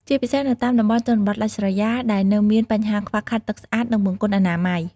ជាពិសេសនៅតាមតំបន់ជនបទដាច់ស្រយាលដែលនៅមានបញ្ហាខ្វះខាតទឹកស្អាត និងបង្គន់អនាម័យ។